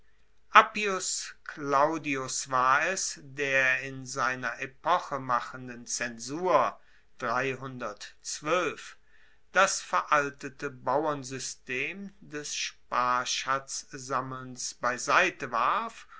appius claudius war es der in seiner epochemachenden zensur das veraltete bauernsystem des sparschatzsammelns beiseite warf